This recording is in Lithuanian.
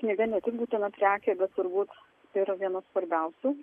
knyga ne tik būtina prekė bet turbūt yra viena svarbiausių